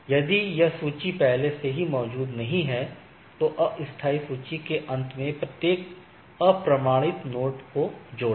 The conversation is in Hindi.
यदि यह सूची में पहले से मौजूद नहीं है तो अस्थायी सूची के अंत में प्रत्येक अप्रमाणित नोड को जोड़ें